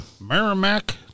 Merrimack